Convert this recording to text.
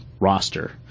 roster